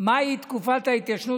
מהי תקופת ההתיישנות.